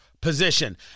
position